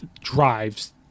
drives